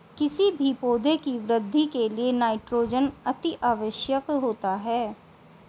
किसी भी पौधे की वृद्धि के लिए नाइट्रोजन अति आवश्यक होता है